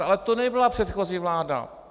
Ale to nebyla předchozí vláda!